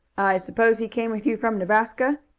i suppose he came with you from nebraska?